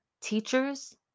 teachers